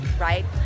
right